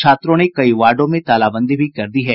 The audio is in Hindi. छात्रों ने कई वार्डो में तालाबंदी भी कर दी है